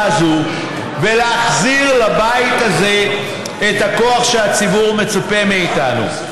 הזאת ולהחזיר לבית הזה את הכוח שהציבור מצפה לו מאיתנו.